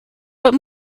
but